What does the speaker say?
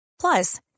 plus